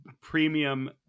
premium